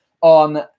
on